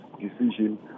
decision